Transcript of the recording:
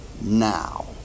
now